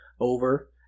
over